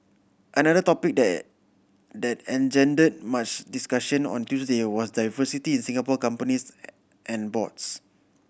another topic that that engendered much discussion on Tuesday was diversity in Singapore companies and boards